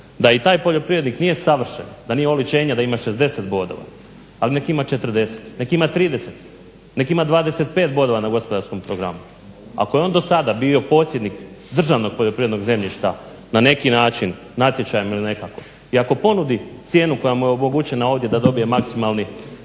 da i taj poljoprivrednik nije savršen, da nije oličenje da ima 60 bodova, ali nek' ima 40, nek' ima 30, nek' ima 25 bodova na gospodarskom programu. Ako je on do sada bio posjednik državnog poljoprivrednog zemljišta na neki način natječajem ili nekako i ako ponudi cijenu koja mu je omogućena ovdje da dobije maksimalni